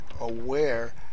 aware